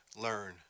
learn